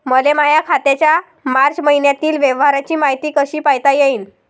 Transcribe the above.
मले माया खात्याच्या मार्च मईन्यातील व्यवहाराची मायती कशी पायता येईन?